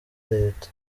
leta